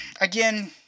Again